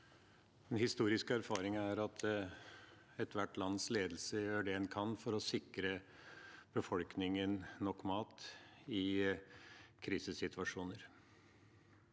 Den historiske erfaring er at ethvert lands ledelse gjør det den kan for å sikre befolkningen nok mat i krisesituasjoner.